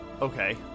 Okay